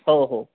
हो हो